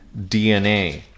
DNA